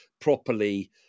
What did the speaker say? properly